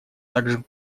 также